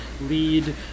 lead